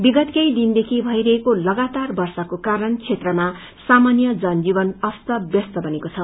विगत केही दिनदेखि भइरहेको लगातार वर्षाको कारण क्षेत्रमा सामान्य जनजीवन अस्त ब्यस्त बनेको छ